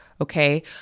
okay